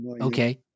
Okay